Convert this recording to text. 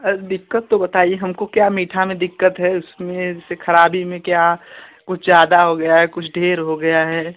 अरे दिक़्क़त तो बताइए हमको क्या मीठा में दिक़्क़त है उसमें जैसे ख़राबी में क्या कुछ ज़्यादा हो गया है कुछ ढेर हो गया है